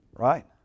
Right